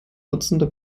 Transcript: dutzende